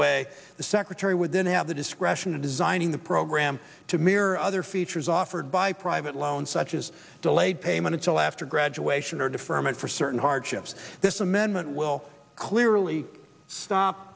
way the secretary would then have the discretion of designing the program to mirror other features offered by private loans such as delayed payment until after graduation or deferment for certain hardships this amendment will clearly stop